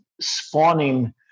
spawning